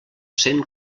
cent